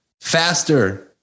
faster